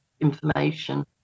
information